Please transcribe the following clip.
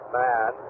man